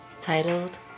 Titled